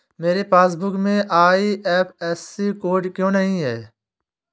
मेरे पासबुक में IFSC code क्यो नहीं है?